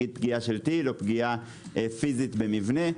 פגיעה של טיל או פגיעה פיזית במבנה,